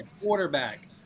quarterback